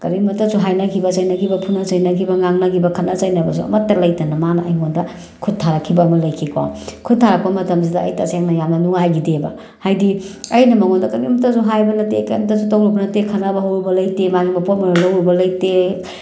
ꯀꯔꯤꯃꯇꯁꯨ ꯍꯥꯏꯅꯈꯤꯕ ꯆꯩꯅꯈꯤꯕ ꯐꯨꯅ ꯆꯩꯅꯈꯤꯕ ꯉꯥꯡꯅꯈꯤꯕ ꯈꯠꯅ ꯆꯩꯅꯕꯁꯨ ꯑꯃꯠꯇ ꯂꯩꯇꯅ ꯃꯥꯅ ꯑꯩꯉꯣꯟꯗ ꯈꯨꯠ ꯊꯥꯔꯛꯈꯤꯕ ꯑꯃ ꯂꯩꯈꯤ ꯀꯣ ꯈꯨꯠ ꯊꯥꯔꯛꯄ ꯃꯇꯝꯁꯤꯗ ꯑꯩ ꯇꯁꯦꯡꯅ ꯌꯥꯝꯅ ꯅꯨꯡꯉꯥꯏꯈꯤꯗꯦꯕ ꯍꯥꯏꯗꯤ ꯑꯩꯅ ꯃꯉꯣꯟꯗ ꯀꯔꯤꯃꯇꯁꯨ ꯍꯥꯏꯕ ꯅꯠꯇꯦ ꯀꯔꯤꯃꯇꯁꯨ ꯇꯧꯔꯨꯕ ꯅꯠꯇꯦ ꯈꯠꯅꯕ ꯍꯧꯔꯨꯕ ꯂꯩꯇꯦ ꯃꯥꯒꯤ ꯃꯄꯣꯠ ꯃꯔꯜ ꯂꯧꯔꯨꯕ ꯂꯩꯇꯦ